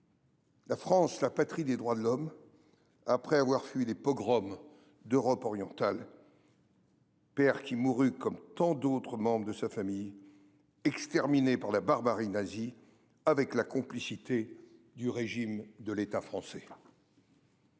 citoyen de la patrie des droits de l’homme, après avoir fui les pogroms d’Europe orientale, père qui mourut, comme tant d’autres membres de sa famille, exterminé par la barbarie nazie, avec la complicité du régime de l’État français.